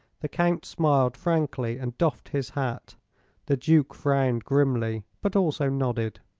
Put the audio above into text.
the count smiled frankly and doffed his hat the duke frowned grimly, but also nodded.